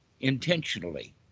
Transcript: intentionally